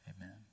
Amen